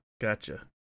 Gotcha